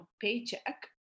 paycheck